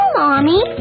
mommy